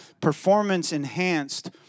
performance-enhanced